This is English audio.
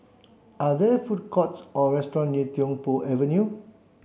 are there food courts or restaurants near Tiong Poh Avenue